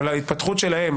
ההתפתחות שלהם,